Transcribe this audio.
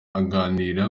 aganira